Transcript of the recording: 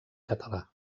català